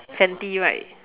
Fenty right